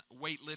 weightlifting